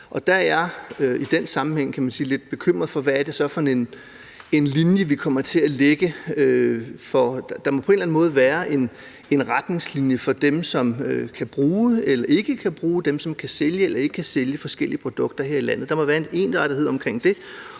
Der er jeg i den sammenhæng lidt bekymret for, hvad det så er for en linje, vi kommer til at lægge, for der må på en eller anden måde være en retningslinje for dem, som kan bruge eller ikke kan bruge, og dem, som kan sælge eller ikke kan sælge forskellige produkter her i landet. Der må være en ensartethed omkring det,